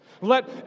let